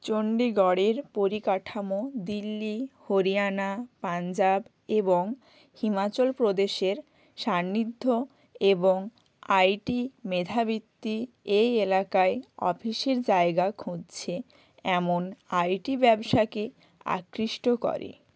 চণ্ডীগড়ের পরিকাঠামো দিল্লি হরিয়ানা পাঞ্জাব এবং হিমাচল প্রদেশের সান্নিধ্য এবং আইটি মেধাবৃত্তি এই এলাকায় অফিসের জায়গা খুঁজছে এমন আইটি ব্যবসাকে আকৃষ্ট করে